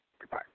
Goodbye